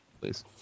please